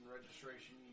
registration